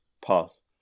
pass